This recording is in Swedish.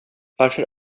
varför